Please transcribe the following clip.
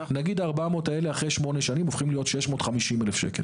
נגיד ה-400,000 האלה אחרי שמונה הופכים להיות 650,000 שקל.